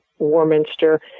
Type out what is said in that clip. Warminster